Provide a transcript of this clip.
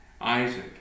isaac